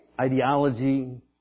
ideology